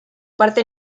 parte